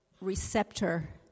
receptor